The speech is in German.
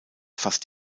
fast